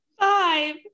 Five